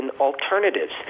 alternatives